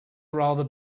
rather